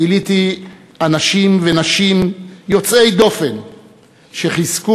גיליתי אנשים ונשים יוצאי דופן שחיזקו